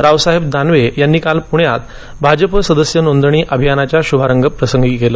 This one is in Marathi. रावसाहेब दानवे यांनी काल पुण्यात भाजपा सदस्य नोंदणी अभियानाच्या शुभारंभ प्रसंगी केलं